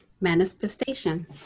manifestation